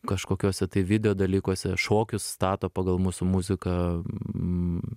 kažkokiuose tai video dalykuose šokius stato pagal mūsų muziką